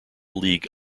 league